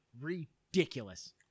Ridiculous